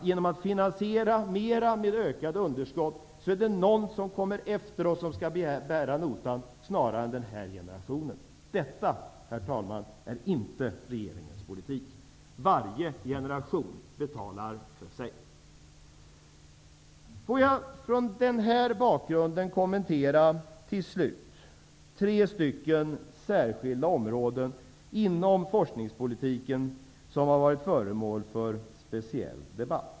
Genom att finansiera mera med ökade underskott är det någon som kommer efter oss som skall bära notan för detta snarare än den här generationen. Detta, herr talman, är inte regeringens politik. Varje generation betalar för sig. Låt mig mot denna bakgrund till slut kommentera tre särskilda områden inom forskningspolitiken som har varit föremål för speciell debatt.